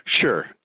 Sure